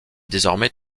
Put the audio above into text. désormais